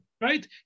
right